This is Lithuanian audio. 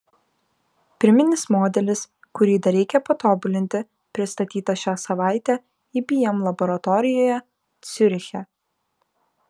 pirminis modelis kurį dar reikia patobulinti pristatytas šią savaitę ibm laboratorijoje ciuriche